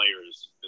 players